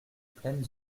pleine